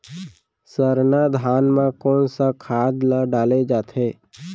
सरना धान म कोन सा खाद ला डाले जाथे?